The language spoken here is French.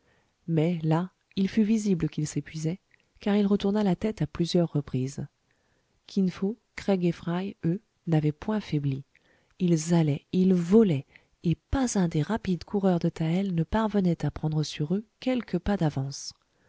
mais là il fût visible qu'il s'épuisait car il retourna la tête à plusieurs reprises kin fo craig et fry eux n'avaient point faibli ils allaient ils volaient et pas un des rapides coureur de taëls ne parvenait à prendre sur eux quelques pas d'avance